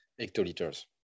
hectoliters